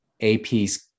APs